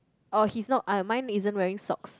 orh he's not ah my isn't wearing socks